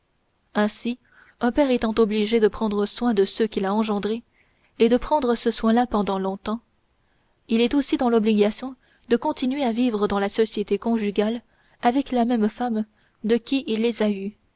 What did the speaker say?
ainsi un père étant obligé de prendre soin de ceux qu'il a engendrés et de prendre ce soin là pendant longtemps il est aussi dans l'obligation de continuer à vivre dans la société conjugale avec la même femme de qui il les a eus